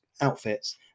outfits